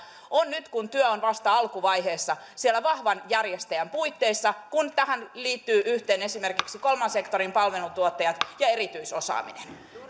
on nyt kun työ on vasta alkuvaiheessa siellä vahvan järjestäjän puitteissa kun tähän liittyy esimerkiksi kolmannen sektorin palveluntuottajat ja erityisosaaminen